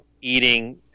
eating